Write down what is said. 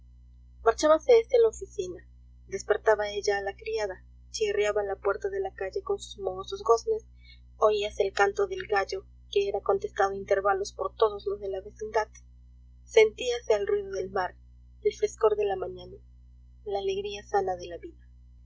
papá marchábase éste a la oficina despertaba ella a la erada chirriaba la puerta de la calle con sus mohosos goznes oíase el canto del gallo que era contestado a intervalos por todos los de la vecindad sentíase el ruido del mar el frescor de la mañana la alegría sana de la vida